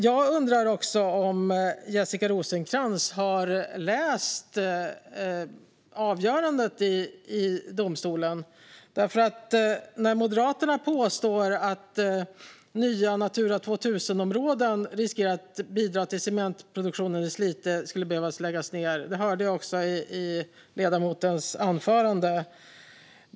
Jag undrar också om Jessica Rosencrantz har läst avgörandet i domstolen. Moderaterna påstår att nya Natura 2000-områden riskerar att bidra till att cementproduktionen i Slite skulle behöva läggas ned, vilket hördes också i ledamotens anförande.